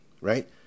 right